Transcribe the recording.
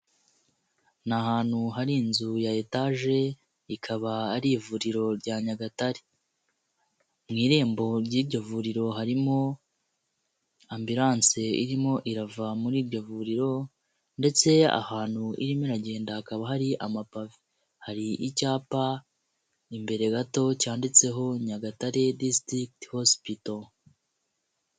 Ni ahantu hari inzu ya etage, ikaba ari ivuriro rya Nyagatare. Mu irembo ry'iryo vuriro harimo ambulance irimo irava muri iryo vuriro ndetse ahantu irimo iragenda hakaba hari amapavi, hari icyapa imbere gato cyanditseho Nyagatare district Hospital.